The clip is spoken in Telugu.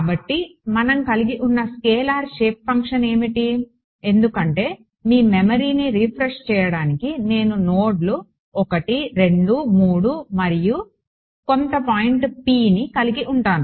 కాబట్టి మనం కలిగి ఉన్న స్కేలార్ షేప్ ఫంక్షన్ ఏమిటి ఎందుకంటే మీ మెమరీని రిఫ్రెష్ చేయడానికి నేను నోడ్లు 1 2 3 మరియు కొంత పాయింట్ Pని కలిగి ఉంటాను